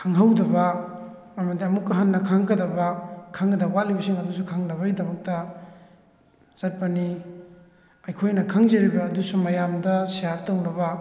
ꯈꯪꯍꯧꯗꯕ ꯑꯃꯗꯤ ꯑꯃꯨꯛꯀ ꯍꯦꯟꯅ ꯈꯪꯉꯛꯀꯗꯕ ꯈꯪꯒꯗꯕ ꯋꯥꯠꯂꯤꯕꯁꯤꯡ ꯑꯗꯨꯁꯨ ꯈꯪꯅꯕꯒꯤꯗꯃꯛꯇ ꯆꯠꯄꯅꯤ ꯑꯩꯈꯣꯏꯅ ꯈꯪꯖꯔꯤꯕ ꯑꯗꯨꯁꯨ ꯃꯌꯥꯝꯗ ꯁꯤꯌꯥꯔ ꯇꯧꯅꯕ